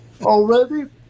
already